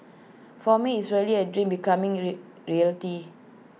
for me is really A dream becoming A re reality